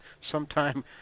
sometime